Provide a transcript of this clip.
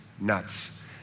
nuts